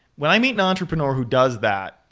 will i mean an entrepreneur who does that?